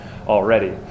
already